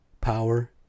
power